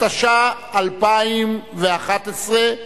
התשע"א 2011,